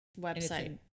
website